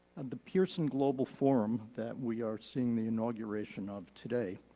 and the pearson global forum that we are seeing the inauguration of today,